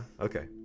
Okay